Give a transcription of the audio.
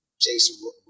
Jason